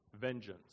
Vengeance